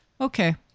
Okay